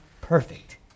perfect